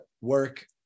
work